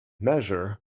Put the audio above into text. measure